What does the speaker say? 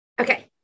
Okay